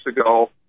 ago